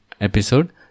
episode